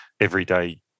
everyday